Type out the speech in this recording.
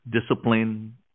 discipline